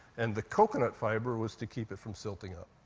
and the coconut fiber was to keep it from sitting up.